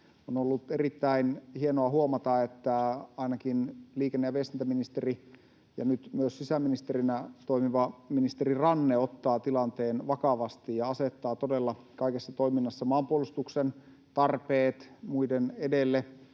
On ollut erittäin hienoa huomata, että ainakin liikenne- ja viestintäministeri, ja nyt myös sisäministeri, Ranne ottaa tilanteen vakavasti ja asettaa todella kaikessa toiminnassa maanpuolustuksen tarpeet muiden edelle.